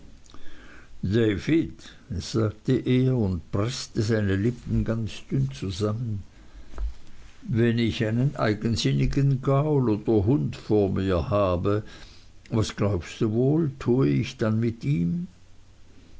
sagte er und preßte seine lippen ganz dünn zusammen wenn ich einen eigensinnigen gaul oder hund vor mir habe was glaubst du wohl tue ich dann mit ihm